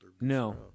No